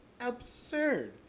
absurd